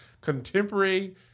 Contemporary